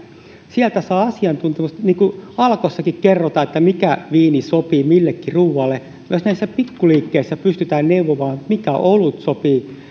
sieltä saa asiantuntemusta niin kuin alkossakin kerrotaan mikä viini sopii millekin ruualle myös näissä pikkuliikkeissä pystytään neuvomaan mikä olut sopii